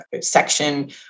section